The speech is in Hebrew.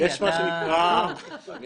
אני